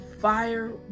fire